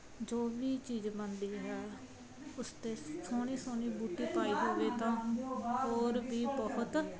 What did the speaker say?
ਜੋ ਵੀ ਚੀਜ਼ ਬਣਦੀ ਹੈ ਉਸ 'ਤੇ ਸੋਹਣੀ ਸੋਹਣੀ ਬੂਟੀ ਪਾਈ ਹੋਵੇ ਤਾਂ ਹੋਰ ਵੀ ਬਹੁਤ